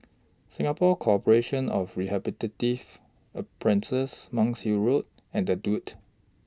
Singapore Corporation of Rehabilitative A Princess Monk's Hill Road and The Duke